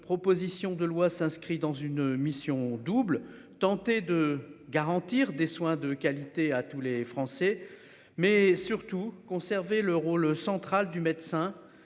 Proposition de loi s'inscrit dans une mission double tenter de garantir des soins de qualité à tous les Français mais surtout conserver le rôle central du médecin